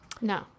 No